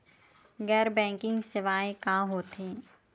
गैर बैंकिंग सेवाएं का होथे?